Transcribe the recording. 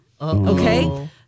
okay